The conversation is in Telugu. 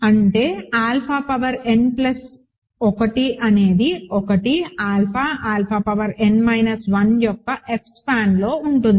అంటే ఆల్ఫా పవర్ n ప్లస్ 1 అనేది 1 alpha alpha power n minus 1 యొక్క F స్పాన్లో ఉంటుంది